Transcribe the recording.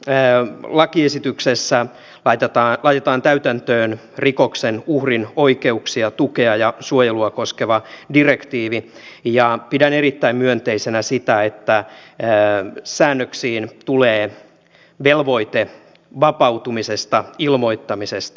tässä lakiesityksessä laitetaan täytäntöön rikoksen uhrin oikeuksia tukea ja suojelua koskeva direktiivi ja pidän erittäin myönteisenä sitä että säännöksiin tulee velvoite vapautumisesta ilmoittamisesta